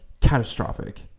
catastrophic